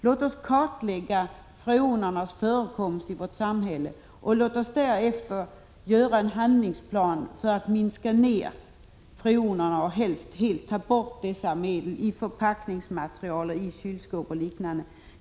Låt oss kartlägga freonernas förekomst i vårt samhälle, och låt oss därefter göra en handlingsplan för att minska freonerna och helst ta bort dem i förpackningsmaterial, i kylskåp och liknande.